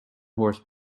horse